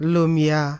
Lumia